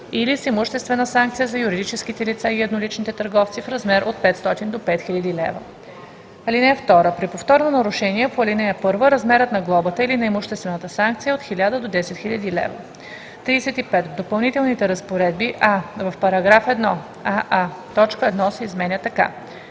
или с имуществена санкция – за юридическите лица и едноличните търговци, в размер от 500 до 5000 лв. (2) При повторно нарушение по ал. 1 размерът на глобата или на имуществената санкция е от 1000 до 10 000 лв.“ 35. В допълнителните разпоредби: а) в § 1: аа) точка 1 се изменя така: